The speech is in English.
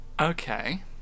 Okay